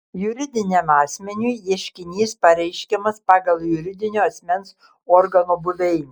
juridiniam asmeniui ieškinys pareiškiamas pagal juridinio asmens organo buveinę